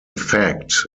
fact